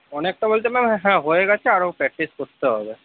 অনেকটা বলতে ম্যাম হ্যাঁ হয়ে গেছে আরো প্রাকটিস করতে হবে